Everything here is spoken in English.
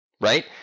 right